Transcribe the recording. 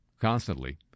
constantly